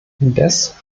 indes